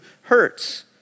hurts